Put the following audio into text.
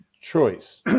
choice